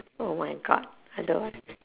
oh my god I don't want